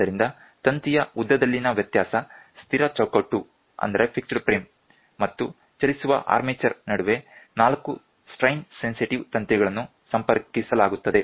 ಆದ್ದರಿಂದ ತಂತಿಯ ಉದ್ದದಲ್ಲಿನ ವ್ಯತ್ಯಾಸ ಸ್ಥಿರ ಚೌಕಟ್ಟು ಮತ್ತು ಚಲಿಸುವ ಆರ್ಮೆಚರ್ ನಡುವೆ ನಾಲ್ಕು ಸ್ಟ್ರೈನ್ ಸೆನ್ಸಿಟಿವ್ ತಂತಿಗಳನ್ನು ಸಂಪರ್ಕಿಸಲಾಗುತ್ತದೆ